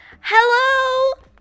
Hello